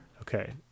Okay